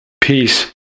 Peace